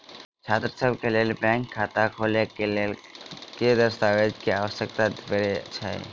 छात्रसभ केँ लेल बैंक खाता खोले केँ लेल केँ दस्तावेज केँ आवश्यकता पड़े हय?